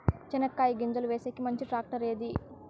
చెనక్కాయ గింజలు వేసేకి మంచి టాక్టర్ ఏది?